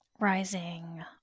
Rising